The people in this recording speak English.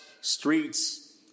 streets